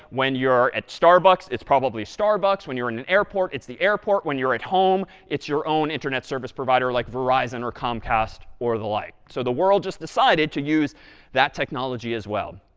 when you're at starbucks, it's probably starbucks. when you're in an airport, it's the airport. when you're at home, it's your own internet service provider like verizon or comcast or the like. so the world just decided to use that technology as well.